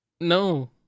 no